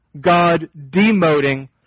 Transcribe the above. God-demoting